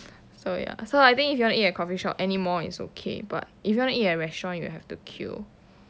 so ya so I think if you want to eat a coffee shop any mall is okay but if you want to eat restaurant you have to queue